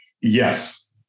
Yes